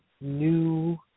new